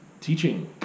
teaching